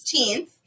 16th